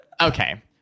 Okay